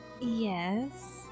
Yes